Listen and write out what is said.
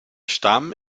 stamm